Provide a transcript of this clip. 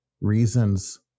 reasons